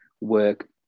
work